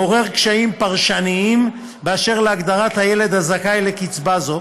מעורר קשיים פרשניים באשר להגדרת הילד הזכאי לקצבה זו,